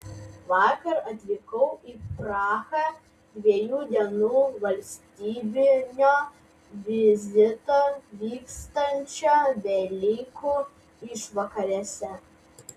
vakar atvykau į prahą dviejų dienų valstybinio vizito vykstančio velykų išvakarėse